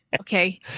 okay